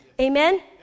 Amen